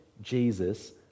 Jesus